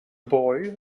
boy